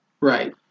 Right